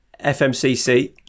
FMCC